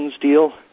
deal